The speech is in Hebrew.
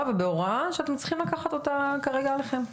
ובהוראה שאתם צריכים לקחת אותה כרגע עליכם.